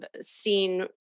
seen